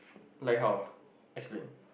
like how explain